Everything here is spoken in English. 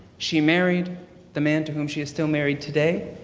she married the man to whom she is still married today.